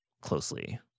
closely